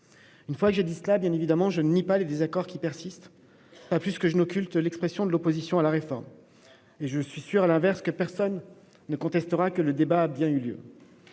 cette question. Je ne nie évidemment pas les désaccords qui persistent, pas plus que je n'occulte l'expression de l'opposition à la réforme. Je suis sûr, à l'inverse, que personne ne contestera que le débat a eu lieu.